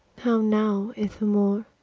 how now, ithamore!